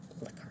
liquor